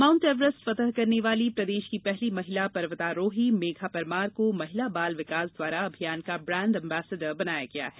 mount Everest फतह करने वाली प्रदेश की पहली महिला पर्यतारोही मेघा परमार को महिला बाल विकास द्वारा अभियान का ब्रांड एम्बेसडर बनाया गया है